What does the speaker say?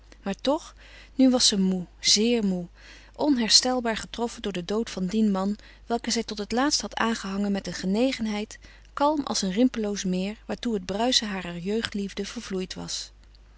maar toch nu was ze moê zeer moê onherstelbaar getroffen door den dood van dien man welken zij tot het laatst had aangehangen met een genegenheid kalm als een rimpelloos meer waartoe het bruisen harer jeugdige liefde vervloeid was